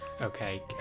Okay